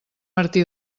martí